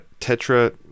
Tetra